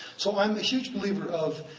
so i'm a huge believer of,